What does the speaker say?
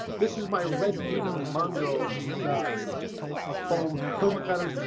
this is my red demon mongo. this is a a phone helmet pattern.